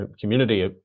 community